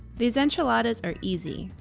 these enchiladas are easy!